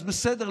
אז בסדר,